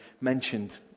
mentioned